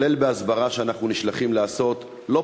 כולל בהסברה שאנחנו נשלחים לעשות לא